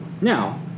Now